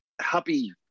happy